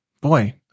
boy